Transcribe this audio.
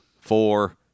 four